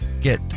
get